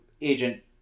Agent